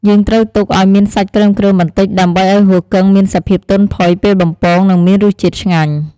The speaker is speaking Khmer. យើងត្រូវទុកឱ្យមានសាច់គ្រើមៗបន្តិច ដើម្បីឱ្យហ៊ូគឹងមានសភាពទន់ផុយពេលបំពង និងមានរសជាតិឆ្ងាញ់។